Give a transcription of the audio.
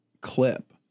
clip